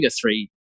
three